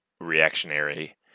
reactionary